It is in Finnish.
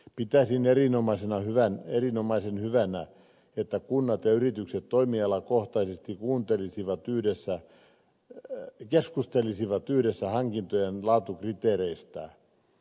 pitäisin erinomaisen hyvänä että kunnat ja yritykset toimialakohtaisesti keskustelisivat yhdessä hankintojen laatukriteereistä